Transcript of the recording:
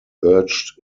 urged